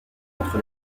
entre